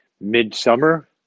mid-summer